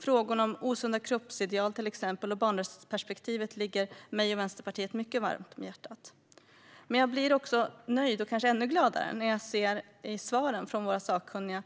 Frågor som till exempel osunda kroppsideal och barnperspektivet ligger mig och Vänsterpartiet mycket varmt om hjärtat. Men jag blir nöjd och kanske ännu gladare när jag i svaren från våra sakkunniga